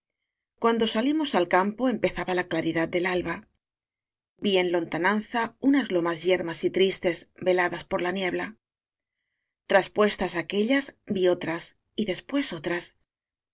cuando salimos al campo empezaba la claridad del alba vi en lontananza unas lomas yermas y tristes veladas por la niebla traspuestas aquéllas vi otras y después otras